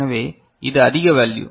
எனவே இது அதிக வேல்யூ